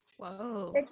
Whoa